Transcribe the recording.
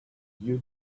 you